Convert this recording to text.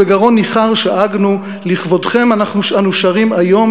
בגרון ניחר שאגנו: "לכבודכם אנו שרים היום.